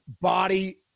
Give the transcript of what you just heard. body